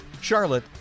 Charlotte